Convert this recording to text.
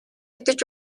идэж